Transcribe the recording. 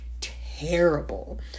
terrible